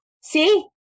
See